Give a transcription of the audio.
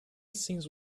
seems